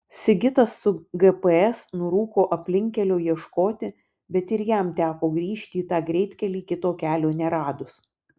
sigitas su gps nurūko aplinkkelio ieškoti bet ir jam teko grįžti į tą greitkelį kito kelio neradus